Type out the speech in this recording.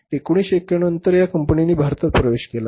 1991 नंतर या कंपनींनी भारतात प्रवेश केला होता